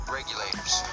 Regulators